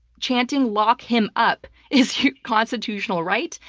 chanting lock him up is constitutional, right?